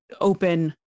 open